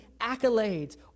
accolades